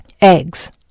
Eggs